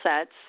sets